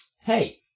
Hey